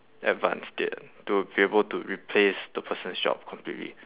advanced yet to be able to replace the person's job completely